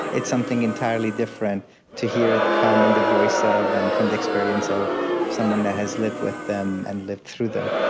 it's something entirely different to hear it come in the voice of and from the experience of someone that has lived with them and lived through them.